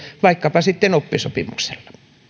vaikkapa sitten oppisopimuksella